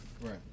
Right